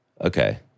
okay